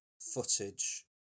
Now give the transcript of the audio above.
footage